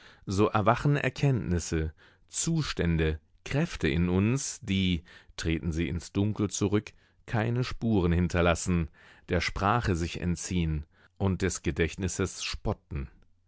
so erwachen erkenntnisse zustände kräfte in uns die treten sie ins dunkel zurück keine spuren hinterlassen der sprache sich entziehen und des gedächtnisses spotten